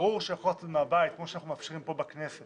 ברור שיכול מהבית כמו שאנחנו מאפשרים פה בכנסת